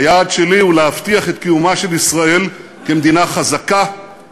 היעד שלי הוא להבטיח את קיומה של ישראל כמדינה חזקה,